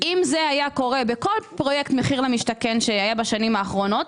אם זה היה קורה בכל פרויקט מחיר למשתכן שהיה בשנים האחרונות,